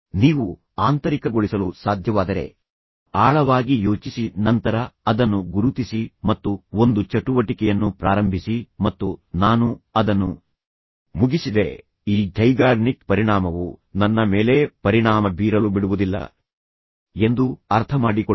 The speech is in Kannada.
ನೀವು ಆಂತರಿಕಗೊಳಿಸಲು ಸಾಧ್ಯವಾದರೆ ಆಳವಾಗಿ ಯೋಚಿಸಿ ನಂತರ ಅದನ್ನು ಗುರುತಿಸಿ ಮತ್ತು ಒಂದು ಚಟುವಟಿಕೆಯನ್ನು ಪ್ರಾರಂಭಿಸಿ ಮತ್ತು ನಾನು ಅದನ್ನು ಮುಗಿಸಿದರೆ ಈ ಝೈಗಾರ್ನಿಕ್ ಪರಿಣಾಮವು ನನ್ನ ಮೇಲೆ ಪರಿಣಾಮ ಬೀರಲು ಬಿಡುವುದಿಲ್ಲ ಎಂದು ಅರ್ಥಮಾಡಿಕೊಳ್ಳಿ